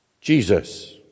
Jesus